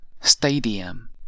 stadium